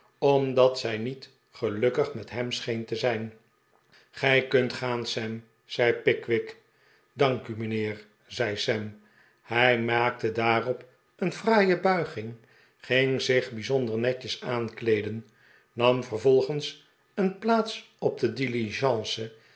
omdat zij niet gelukkig met hem scheen te zijn gij kunt gaan sam zei pickwick dank u mijnheer zei sam hij maakte daar op een fraaie bulging ging zich bijzonder netjes aankleeden nam vervolgens een plaats op de